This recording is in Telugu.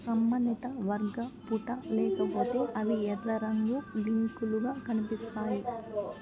సంబంధిత వర్గ పుట లేకపోతే అవి ఎర్ర రంగు లింక్లుగా కనిపిస్తాయి